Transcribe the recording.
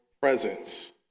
presence